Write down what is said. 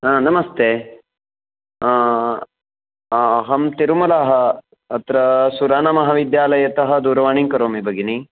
हा नमस्ते अहं तिरुमला अत्र सुरानमहाविद्यालयतः दूरवाणीं करोमि भगिनी